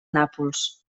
nàpols